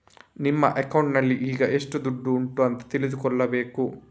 ನಿಮ್ಮ ಅಕೌಂಟಿನಲ್ಲಿ ಈಗ ಎಷ್ಟು ದುಡ್ಡು ಉಂಟು ಅಂತ ತಿಳ್ಕೊಳ್ಬೇಕು